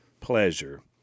pleasure